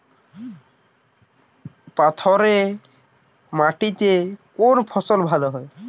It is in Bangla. পাথরে মাটিতে কোন ফসল ভালো হয়?